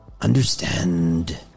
understand